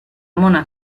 mona